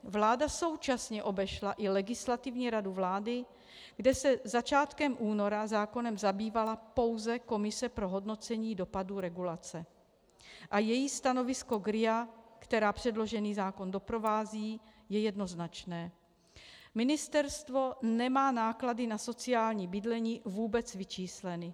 Vláda současně obešla i Legislativní radu vlády, kde se začátkem února zákonem zabývala pouze komise pro hodnocení dopadů regulace, a její stanovisko k RIA, která předložený zákon doprovází, je jednoznačné: Ministerstvo nemá náklady na sociální bydlení vůbec vyčísleny.